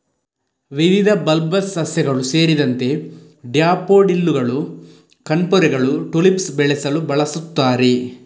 ವಿವಿಧ ಬಲ್ಬಸ್ ಸಸ್ಯಗಳು ಸೇರಿದಂತೆ ಡ್ಯಾಫೋಡಿಲ್ಲುಗಳು, ಕಣ್ಪೊರೆಗಳು, ಟುಲಿಪ್ಸ್ ಬೆಳೆಸಲು ಬಳಸುತ್ತಾರೆ